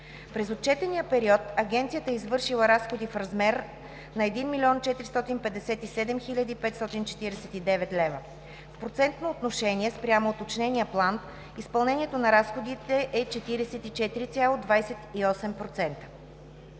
През отчетния период Агенцията е извършила разходи в размер на 1 457,549 хил. лв. В процентно отношение спрямо уточнения план изпълнението на разходите е 44,28%.